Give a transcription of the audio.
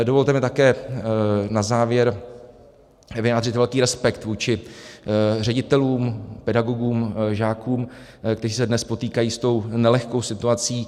Dovolte mi také na závěr vyjádřit velký respekt vůči ředitelům, pedagogům, žákům, kteří se dnes potýkají s tou nelehkou situací.